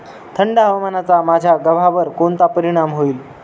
थंड हवामानाचा माझ्या गव्हावर कोणता परिणाम होईल?